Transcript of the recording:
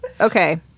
okay